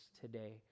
today